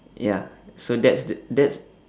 ya so that's th~ that's